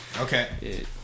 Okay